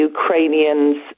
Ukrainians